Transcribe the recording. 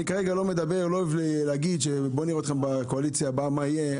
אני לא אוהב להגיד שבונים אתכם בקואליציה הבאה ונראה מה יהיה.